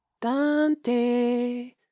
Dante